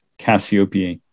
Cassiopeia